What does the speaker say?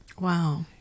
Wow